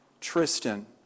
Tristan